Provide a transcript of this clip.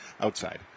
outside